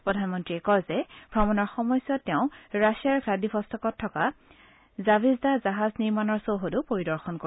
প্ৰধানমন্ত্ৰীয়ে কয় যে ভ্ৰমণৰ সময়ছোৱাত তেওঁ ৰাছিয়াৰ ভ্লাদিভট্ট'কত থকা জভেজদা জাহাজ নিৰ্মাণৰ চৌহদো পৰিদৰ্শন কৰিব